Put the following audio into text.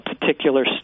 particular